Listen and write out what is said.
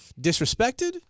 disrespected